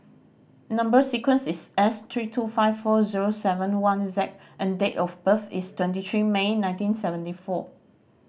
number sequence is S three two five four zero seven one Z and date of birth is twenty three May nineteen seventy four